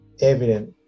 evident